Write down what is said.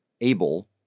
able